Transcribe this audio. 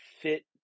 fit